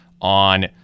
on